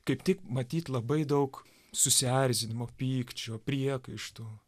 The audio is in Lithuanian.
kaip tik matyt labai daug susierzinimo pykčio priekaištų